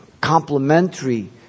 complementary